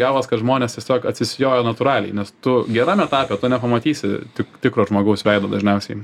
gavos kad žmonės tiesiog atsisijojo natūraliai nes tu geram etape tu nepamatysi tik tikro žmogaus veido dažniausiai